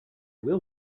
will